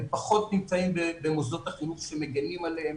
הם פחות נמצאים במוסדות החינוך שמגנים עליהם,